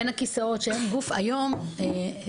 שנפלו בין הכיסאות וכי היום אין גוף.